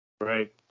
Right